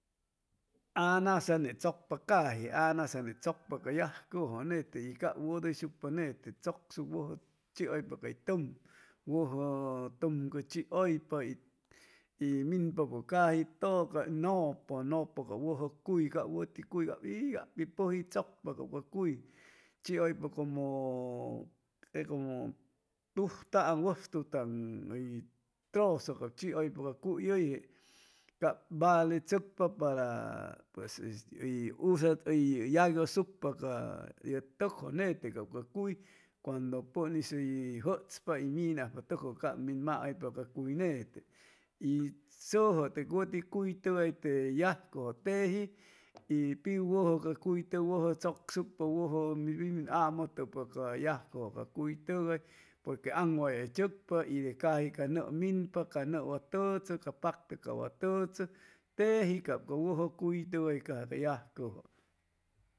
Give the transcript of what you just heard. Anasa ne tsucpa caji anasa ne tsucpa te yujcu nete y cab wuduyshucpa nete tsucsucpa wuju tsucsucpa chiuypa cay tum wuju tum chiuypa y minpa tudu caji nupu cab wuju cuy cab wuti cuy y pi puji tsucpa cuy chiuypa como como tujta'an wujtujta'an uy trusu chiuypa ca cuy uyje cab valetsucpa para este uy cuando pun is justpa y minajpa tucju cab maaypa ca cuy nete y suju te wuti cuy nete te yaj cuju teji y pi wuju ca cuy tugay pi wuju tsucshucpa wuju min win amu tupa ca yajcu ca cuy tugay porque ang waye tsucpa y de caji ca nuu minpa ca nuu wa tutsu pac te wa tutsu tejia cab ca wuju cuy cuy caja ca yajcuju.